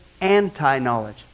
anti-knowledge